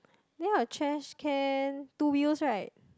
then your trash can two years right